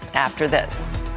after this.